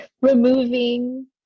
Removing